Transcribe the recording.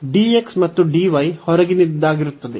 dx ಮತ್ತು dy ಹೊರಗಿನದ್ದಾಗಿರುತ್ತದೆ